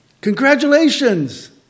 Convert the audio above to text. congratulations